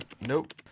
Nope